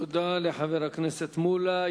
תודה לחבר הכנסת מולה.